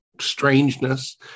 strangeness